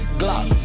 glock